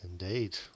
Indeed